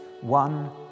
one